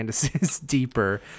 Deeper